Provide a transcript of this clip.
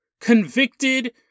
Convicted